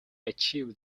achieved